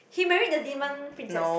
he married the demon princess